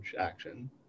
action